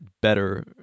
better